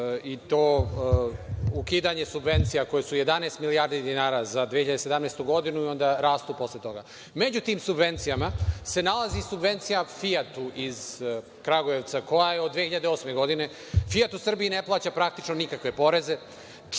i to ukidanje subvencija koje su 11 milijardi dinara za 2017. godinu i onda rastu posle toga. Među tim subvencijama se nalazi subvencija „Fijatu“ iz Kragujevca, koja je od 2008. godine. „Fijat“ u Srbiji ne plaća praktično nikakve poreze.